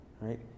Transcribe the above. right